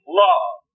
love